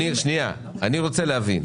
אני רוצה להבין.